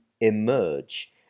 emerge